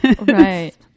Right